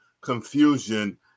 confusion